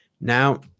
Now